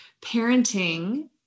parenting